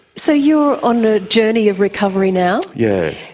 so you're on a journey of recovery now? yeah.